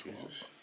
Jesus